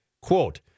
Quote